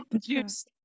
juice